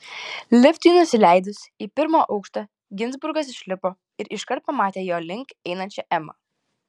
liftui nusileidus į pirmą aukštą ginzburgas išlipo ir iškart pamatė jo link einančią emą